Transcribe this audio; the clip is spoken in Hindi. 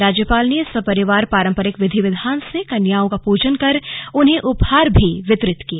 राज्यपाल ने सपरिवार पारम्परिक विधि विधान से कन्याओं का पूजन कर उन्हें उपहार भी वितरित किए